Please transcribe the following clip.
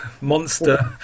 monster